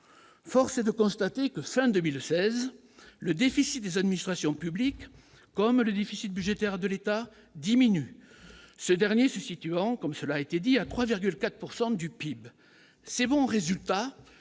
force est de constater que ça en 2016, le déficit des administrations publiques comme le déficit budgétaire de l'État diminue, ce dernier se situant comme cela a été dit à 3,4 pourcent du du PIB ces bons résultats